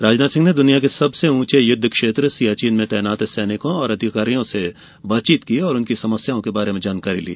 राजनाथ सिंह ने दुनिया के सबसे ऊंचे युद्ध क्षेत्र सियाचिन में तैनात सैनिकों और अधिकारियों से बातचीत की और उनकी समस्याओं के बारे में जानकारी ली